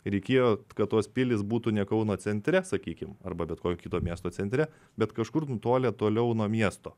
reikėjo kad tos pilys būtų ne kauno centre sakykim arba bet kokio kito miesto centre bet kažkur nutolę toliau nuo miesto